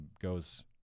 goes